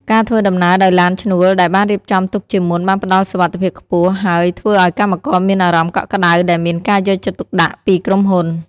ការធ្វើដំណើរដោយឡានឈ្នួលដែលបានរៀបចំទុកជាមុនបានផ្តល់សុវត្ថិភាពខ្ពស់ ហើយធ្វើឱ្យកម្មករមានអារម្មណ៍កក់ក្តៅដែលមានការយកចិត្តទុកដាក់ពីក្រុមហ៊ុន។